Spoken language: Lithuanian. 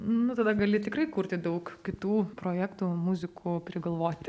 nu tada gali tikrai kurti daug kitų projektų muzikų prigalvoti